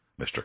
Mr